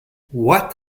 what